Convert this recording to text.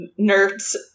nerds